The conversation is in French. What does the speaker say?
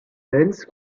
benz